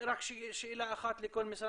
רק שאלה אחת לכל משרד.